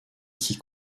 qui